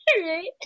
right